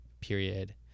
period